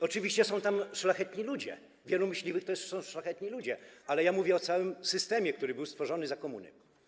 Oczywiście są tam szlachetni ludzie, wielu myśliwych to są szlachetni ludzie, ale ja mówię o całym systemie, który był stworzony za komuny.